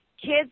kids